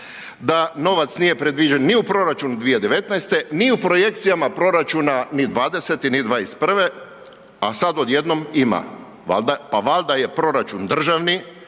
da novac nije predviđen ni u proračunu 2019.ni u projekcijama proračuna ni 2020.ni 2021., a sada odjednom ima. Pa valjda je proračun državni,